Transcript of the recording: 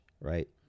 right